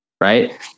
right